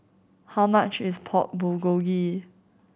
how much is Pork Bulgogi